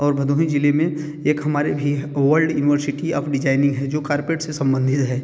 और भदोही ज़िले में एक हमारे भी है वल्ड इनवरसीटी अप डिजाइनिंग है जो कार्पेट से सम्बन्धित है